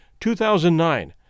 2009